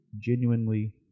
genuinely